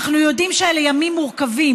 אנחנו יודעים שאלה ימים מורכבים,